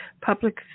public